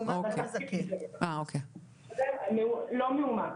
לא מאומת,